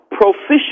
proficiency